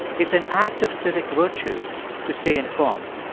it's an act of civic virtue to stay informed